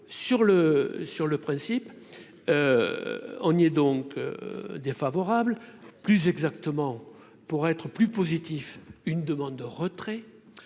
sur le principe en est donc défavorable, plus exactement, pour être plus positif, une demande de retrait